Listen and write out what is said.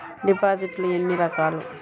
డిపాజిట్లు ఎన్ని రకాలు?